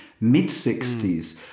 mid-60s